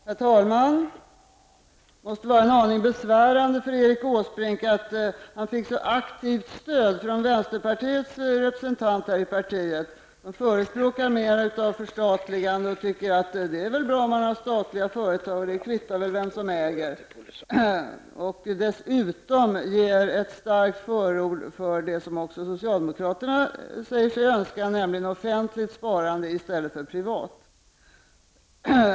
Herr talman! Det måste vara en aning besvärande för Erik Åsbrink att han fick ett så aktivt stöd från vänsterpartiets representant. Det partiet förespråkar mer förstatligande och tycker att det är bra med statliga företag, och att det kvittar vem som äger. Dessutom ger man ett starkt förord för det som också socialdemokraterna säger sig önska, nämligen offentligt sparande i stället för privat.